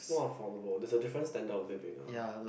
it's more affordable there's a different standard of living ah but